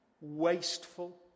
wasteful